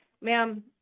Ma'am